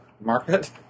market